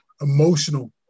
emotional